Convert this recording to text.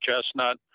chestnut